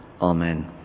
Amen